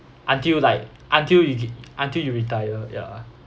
until like until you get until you retire ya